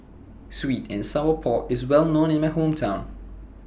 Sweet and Sour Pork IS Well known in My Hometown